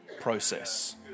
process